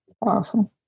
Awesome